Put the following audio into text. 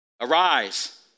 Arise